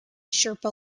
sherpa